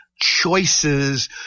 choices